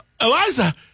Eliza